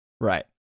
Right